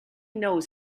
knows